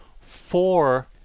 four